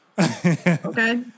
Okay